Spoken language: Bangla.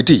এটি